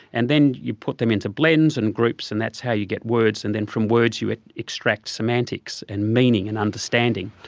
and then you put them into blends and groups and that's how you get words, and then from words you extract semantics and meaning and understanding.